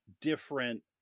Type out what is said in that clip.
different